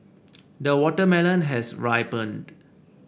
the watermelon has ripened